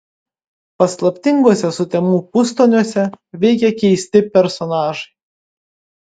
paslaptinguose sutemų pustoniuose veikia keisti personažai